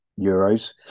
euros